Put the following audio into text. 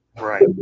Right